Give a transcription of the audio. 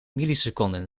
milliseconden